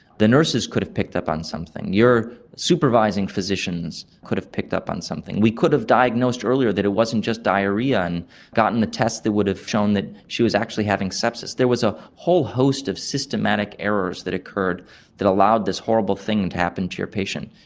the nurses could have picked up on something. your supervising physicians could have picked up on something. we could have diagnosed earlier that it wasn't just diarrhoea and gotten the tests that would have shown that she was actually having sepsis. there was a whole host of systematic errors that occurred that allowed this horrible thing to happen to your patient.